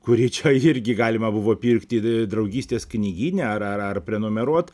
kuri čia irgi galima buvo pirkti draugystės knygyne ar ar prenumeruot